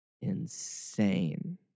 insane